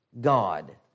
God